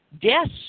Deaths